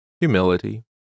humility